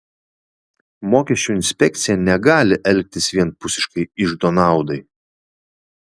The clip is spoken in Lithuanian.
mokesčių inspekcija negali elgtis vienpusiškai iždo naudai